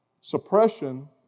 Suppression